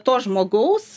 to žmogaus